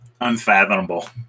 unfathomable